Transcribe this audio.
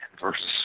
verses